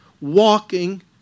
walking